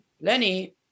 Lenny